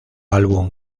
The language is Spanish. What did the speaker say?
álbum